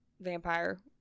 vampire